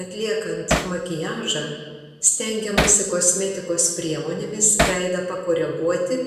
atliekant makiažą stengiamasi kosmetikos priemonėmis veidą pakoreguoti